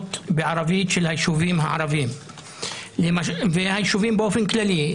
השמות בערבית של היישובים הערביים והיישובים באופן כללי.